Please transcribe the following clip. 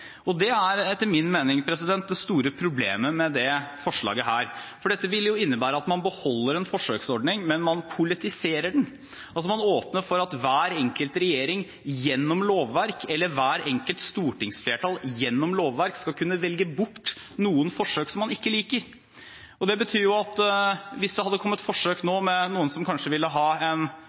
er etter min mening det store problemet med dette forslaget, for dette vil jo innebære at man beholder en forsøksordning, men man politiserer den; man åpner for at hver enkelt regjering, eller hvert enkelt stortingsflertall, gjennom lovverk skal kunne velge bort forsøk som man ikke liker. Det betyr at hvis det nå hadde kommet noen som kanskje ville forsøke en